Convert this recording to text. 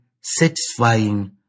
satisfying